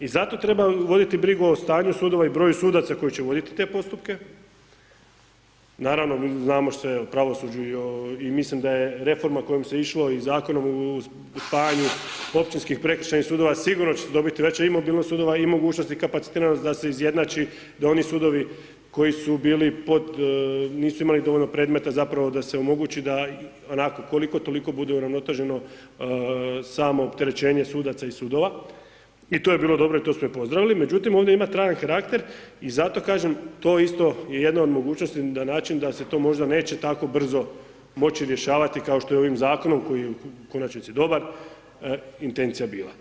I zato treba voditi brigu o stanju sudova i broju sudaca koji će voditi te postupke naravno znamo sve o pravosuđu i o, i mislim da je reforma kojom se išlo u spajanju općinskih i prekršajnih sudova sigurno će se dobiti veća i mobilnost sudova i mogućnost i kapacitiranost da se izjednači da oni sudovi koji su bili pod nisu imali dovoljno predmeta zapravo da se omogući da onako koliko toliko budu uravnoteženo samo opterećenje suda i sudova i to je bilo dobro i to smo i pozdravili, međutim ovdje ima trajan karakter i zato kažem to isto je jedna od mogućnosti na način da se to možda neće tako brzo moći rješavati kao što je ovim zakonom koji je u konačnici dobar intencija bila.